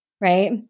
right